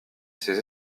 ces